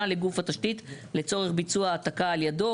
לגוף התשתית לצורך ביצוע העתקה על ידו".